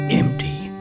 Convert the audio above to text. empty